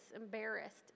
embarrassed